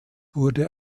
wurde